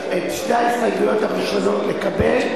בביטחון הציבור או בביטחונו או בשלומו של אדם,